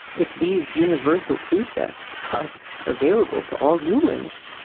if these universal precepts are available to all humans,